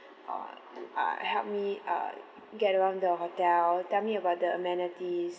uh uh helped me uh get around the hotel tell me about the amenities